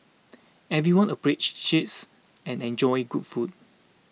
everyone appreciates and enjoys good food